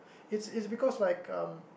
it's it's because like um